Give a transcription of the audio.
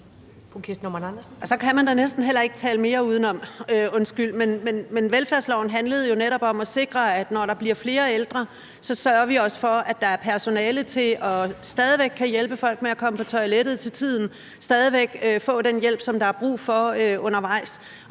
Så kan man da næsten heller ikke tale mere udenom. Undskyld. Men velfærdsloven handlede jo netop om at sikre, at når der bliver flere ældre, sørger vi også for, at der er personale til stadig væk at kunne hjælpe folk med at komme på toilettet til tiden, at man stadig væk kan få den hjælp, der er brug for undervejs.